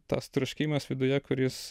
tas troškimas viduje kuris